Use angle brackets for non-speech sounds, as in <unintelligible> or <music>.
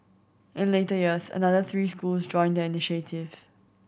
in later years another three schools joined the <unintelligible>